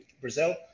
Brazil